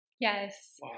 Yes